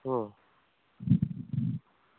হুম